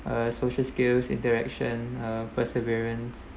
uh social skills interaction uh perseverance